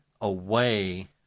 away